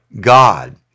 God